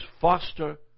foster